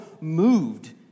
moved